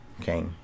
okay